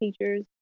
teachers